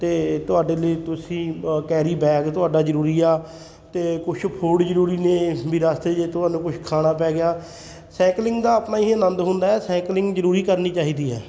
ਅਤੇ ਤੁਹਾਡੇ ਲਈ ਤੁਸੀਂ ਕੈਰੀ ਬੈਗ ਤੁਹਾਡਾ ਜ਼ਰੂਰੀ ਆ ਅਤੇ ਕੁਛ ਫੂਡ ਜ਼ਰੂਰੀ ਨੇ ਵੀ ਰਸਤੇ 'ਚ ਜੇ ਤੁਹਾਨੂੰ ਕੁਛ ਖਾਣਾ ਪੈ ਗਿਆ ਸਾਈਕਲਿੰਗ ਦਾ ਆਪਣਾ ਹੀ ਆਨੰਦ ਹੁੰਦਾ ਸਾਈਕਲਿੰਗ ਜ਼ਰੂਰੀ ਕਰਨੀ ਚਾਹੀਦੀ ਹੈ